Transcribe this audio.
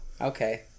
okay